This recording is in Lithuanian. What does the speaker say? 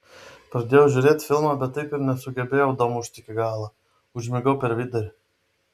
pradėjau žiūrėt filmą bet taip ir nesugebėjau damušt iki galo užmigau per vidurį